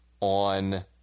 on